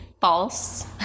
False